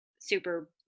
super